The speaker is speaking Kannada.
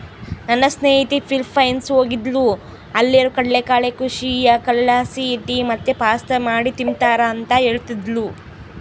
ನನ್ನ ಸ್ನೇಹಿತೆ ಫಿಲಿಪೈನ್ಸ್ ಹೋಗಿದ್ದ್ಲು ಅಲ್ಲೇರು ಕಡಲಕಳೆ ಕೃಷಿಯ ಕಳೆಲಾಸಿ ಟೀ ಮತ್ತೆ ಪಾಸ್ತಾ ಮಾಡಿ ತಿಂಬ್ತಾರ ಅಂತ ಹೇಳ್ತದ್ಲು